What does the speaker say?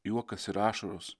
juokas ir ašaros